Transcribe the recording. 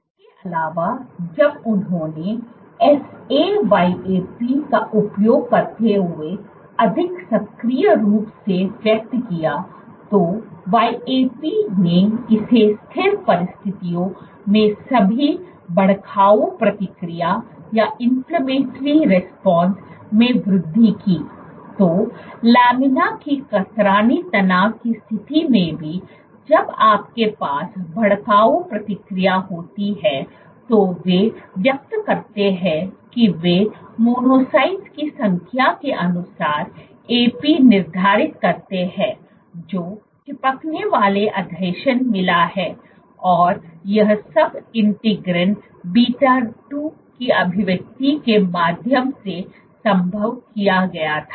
इसके अलावा जब उन्होंने SA YAP का उपयोग करते हुए अधिक सक्रिय रूप से व्यक्त किया तो YAP ने इसे स्थिर परिस्थितियों में भी भड़काऊ प्रतिक्रिया में वृद्धि की तो लामिना के कतरनी तनाव की स्थिति में भी जब आपके पास भड़काऊ प्रतिक्रिया होती है तो वे व्यक्त करते हैं कि वे मोनोसाइट्स की संख्या के अनुसार AP निर्धारित करते हैं जो चिपकने वाला आसंजन मिला है और यह सब इंटीग्रिन β2 की अभिव्यक्ति के माध्यम से संभव किया गया था